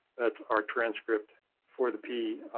that's our transcript for the p